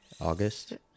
August